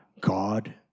God